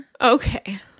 Okay